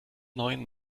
neuen